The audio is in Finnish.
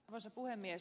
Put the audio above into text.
arvoisa puhemies